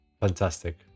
Fantastic